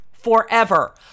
forever